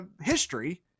history